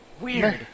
Weird